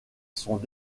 sont